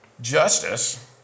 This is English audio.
justice